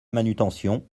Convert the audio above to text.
manutention